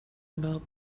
about